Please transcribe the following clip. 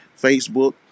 Facebook